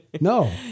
No